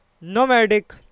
nomadic